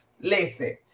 Listen